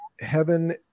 Heaven